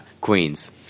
Queens